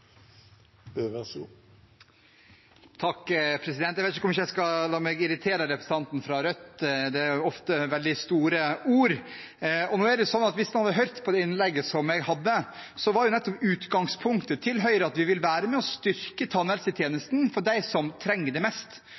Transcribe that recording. Jeg vet ikke hvor mye jeg skal la meg irritere av representanten fra Rødt. Det er ofte veldig store ord. Hvis han hadde hørt på det innlegget som jeg holdt, var nettopp utgangspunktet til Høyre at vi vil være med og styrke tannhelsetjenesten for dem som trenger det mest,